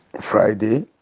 Friday